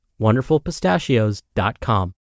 wonderfulpistachios.com